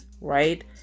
right